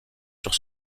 sur